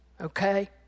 Okay